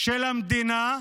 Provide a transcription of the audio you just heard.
של המדינה,